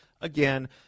again